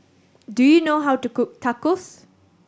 do you know how to cook Tacos